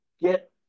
get